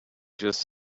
just